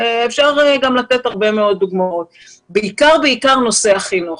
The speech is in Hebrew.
אפשר גם לתת הרבה מאוד דוגמאות אבל בעיקר בנושא החינוך.